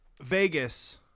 Vegas